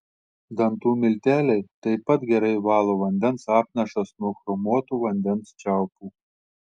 dantų milteliai taip pat gerai valo vandens apnašas nuo chromuotų vandens čiaupų